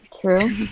true